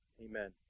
Amen